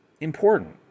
important